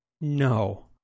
no